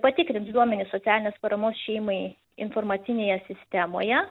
patikrins duomenis socialinės paramos šeimai informacinėje sistemoje